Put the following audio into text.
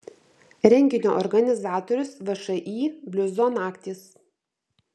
renginio organizatorius všį bliuzo naktys